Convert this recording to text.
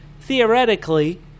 Theoretically